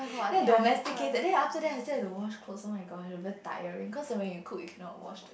so domesticated then after that I still have to wash clothes oh-my-gosh but tiring cause when you cook you cannot wash